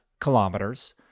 kilometers